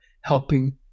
helping